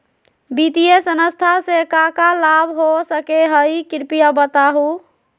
वित्तीय संस्था से का का लाभ हो सके हई कृपया बताहू?